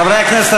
חברי הכנסת,